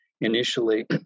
initially